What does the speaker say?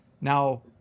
now